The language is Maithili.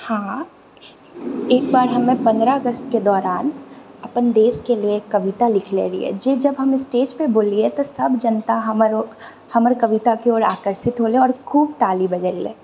हँ एक बार हमे पन्द्रह अगस्तके दौरान अपन देशके लिए कविता लिखले रहियै जे जब हम स्टेज पर बोललियै तऽ सभ जनता हमर ओ हमर कविताके ओर आकर्षित होलय आओर खूब ताली बजेलै